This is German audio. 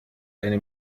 eine